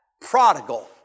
prodigal